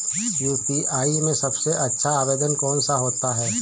UPI में सबसे अच्छा आवेदन कौन सा होता है?